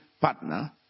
partner